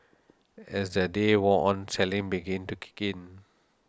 as the day wore on selling began to kick in